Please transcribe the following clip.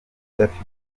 udafite